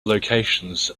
locations